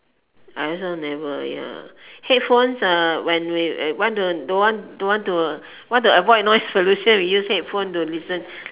I also never ya headphones uh when we want don't want to want to avoid noise pollution we use headphones to listen